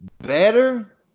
better